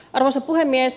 arvoisa puhemies